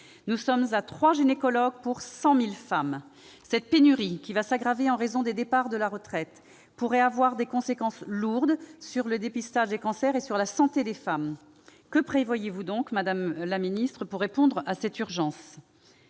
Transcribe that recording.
Nous en sommes à 3 gynécologues pour 100 000 femmes ! Cette pénurie, qui va s'aggraver en raison des départs à la retraite, pourrait avoir des conséquences lourdes sur le dépistage des cancers et sur la santé des femmes. Que prévoyez-vous pour répondre à cette urgence,